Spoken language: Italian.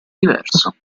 diverso